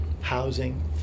housing